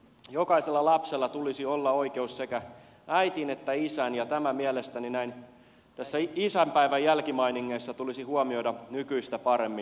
jokaisella lapsella tulisi olla oikeus sekä äitiin että isään ja tämä mielestäni näin isänpäivän jälkimainingeissa tulisi huomioida nykyistä paremmin